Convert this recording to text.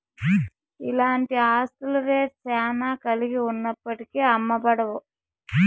ఇలాంటి ఆస్తుల రేట్ శ్యానా కలిగి ఉన్నప్పటికీ అమ్మబడవు